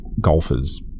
golfers